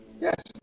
Yes